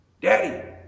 Daddy